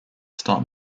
start